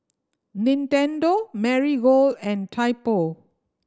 Nintendo Marigold and Typo